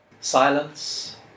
silence